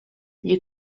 you